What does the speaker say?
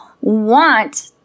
want